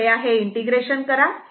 कृपया हे इंटिग्रेशन करा